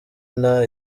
nta